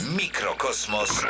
mikrokosmos